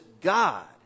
God